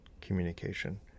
communication